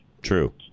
True